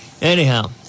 anyhow